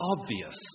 obvious